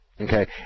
Okay